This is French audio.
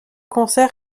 concert